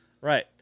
Right